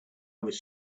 was